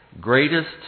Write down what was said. greatest